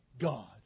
God